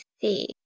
see